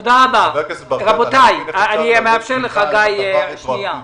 חבר הכנסת ברקת, ממתי צמיחה היא דבר רטרואקטיבי?